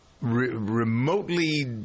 Remotely